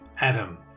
Adam